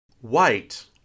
White